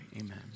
Amen